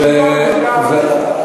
והשלטון,